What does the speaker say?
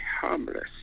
harmless